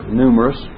numerous